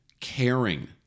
caring